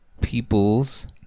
peoples